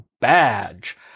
badge